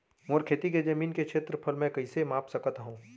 मोर खेती के जमीन के क्षेत्रफल मैं कइसे माप सकत हो?